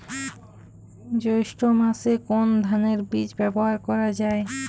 জৈষ্ঠ্য মাসে কোন ধানের বীজ ব্যবহার করা যায়?